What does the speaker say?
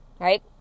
right